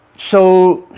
so